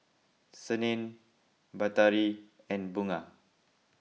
Senin Batari and Bunga